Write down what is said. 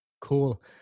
Cool